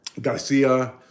Garcia